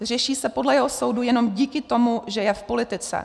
Řeší se podle jeho soudu jenom díky tomu, že je v politice.